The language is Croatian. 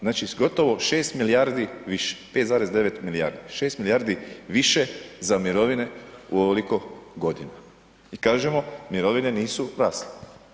Znači gotovo 6 milijardi više, 5,9 milijardi, 6 milijardi više za mirovine u ovoliko godina i kažemo mirovine nisu rasle.